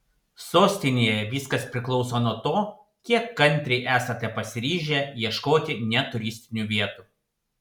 sostinėje viskas priklauso nuo to kiek kantriai esate pasiryžę ieškoti ne turistinių vietų